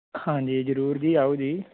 ਹਾਂਜੀ ਜ਼ਰੂਰ ਜੀ ਆਓ ਜੀ